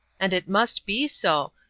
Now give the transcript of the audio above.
and it must be so,